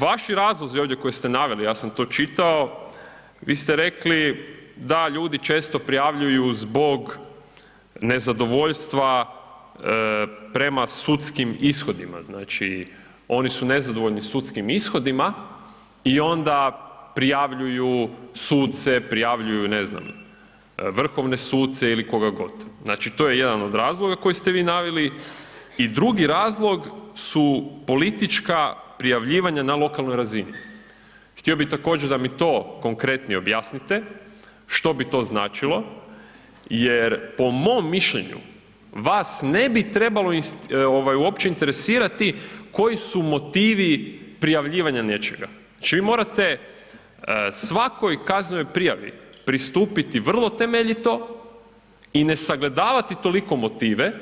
Vaši razlozi ovdje koje ste naveli, ja sam to čitao, vi ste rekli da ljudi često prijavljuju zbog nezadovoljstva prema sudskim ishodima, znači oni su nezadovoljni sudskim ishodima i onda prijavljuju suce, prijavljuju, ne znam, vrhovne suce ili koga god, znači to je jedan od razloga koji ste vi naveli i drugi razlog su politička prijavljivanja na lokalnoj razini, htio bi također da mi to konkretnije objasnite, što bi to značilo jer po mom mišljenju vas ne bi trebalo uopće interesirati koji su motivi prijavljivanja nečega, znači vi morate svakoj kaznenoj prijavi pristupiti vrlo temeljito i ne sagledavati toliko motive